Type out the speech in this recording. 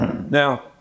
Now